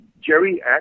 Jerry